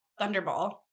Thunderball